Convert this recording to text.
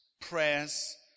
prayers